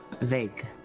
vague